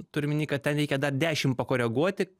turiu omeny kad ten reikia dar dešimt pakoreguoti